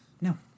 No